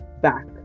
back